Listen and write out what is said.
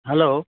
hello